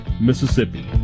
Mississippi